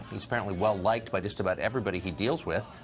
he's apparently well liked by just about everybody he deals with.